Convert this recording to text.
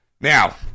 Now